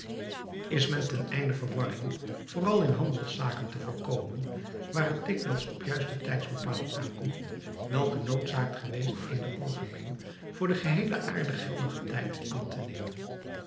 is men ten einde verwarring vooral in handelszaken te voorkomen waar het dikwijls op juiste tijdsbepaling aankomt wel genoodzaakt geweest eenen algemeen voor de geheele aarde geldigen tijd aan te nemen